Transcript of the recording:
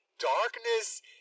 darkness